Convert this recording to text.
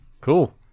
cool